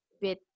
bit